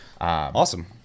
Awesome